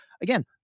again